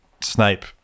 Snape